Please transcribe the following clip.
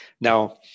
Now